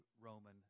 Roman